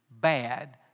bad